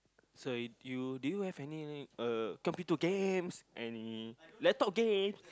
so you do you have any uh computer games any laptop games